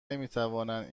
نمیتوانند